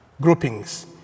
groupings